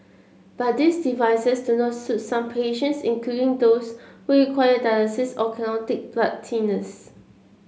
but these devices do not suit some patients including those who require dialysis or cannot take blood thinners